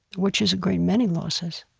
which is a great many losses,